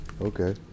Okay